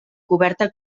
coberta